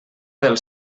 del